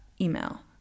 email